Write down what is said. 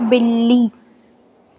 ॿिली